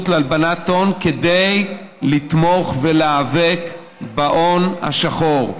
להלבנת הון כדי לתמוך ולהיאבק בהון השחור.